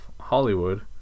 Hollywood